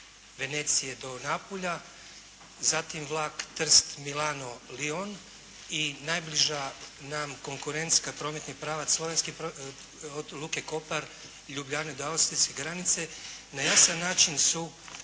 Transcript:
Venecije do Napulja. Zatim vlak Trst-Milano-Lion. I najbliža nam konkurentska, prometni pravac, slovenski, od luke Kopar, Ljubljane do austrijske granice na jasan način su